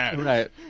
Right